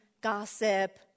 gossip